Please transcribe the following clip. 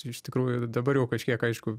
iš tikrųjų dabar jau kažkiek aišku